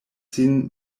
sin